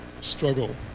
struggle